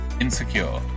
Insecure